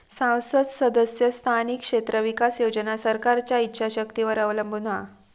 सांसद सदस्य स्थानिक क्षेत्र विकास योजना सरकारच्या ईच्छा शक्तीवर अवलंबून हा